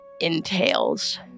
entails